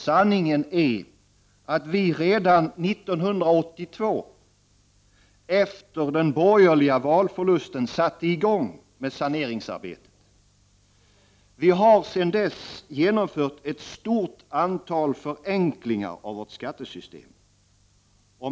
Sanningen är den att vi redan 1982 — efter den borgerliga valförlusten — satte i gång med saneringsarbetet. Vi har genomfört ett stort antal förenklingar av vårt skattesystem.